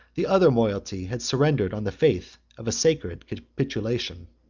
the other moiety had surrendered on the faith of a sacred capitulation.